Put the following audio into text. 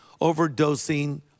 overdosing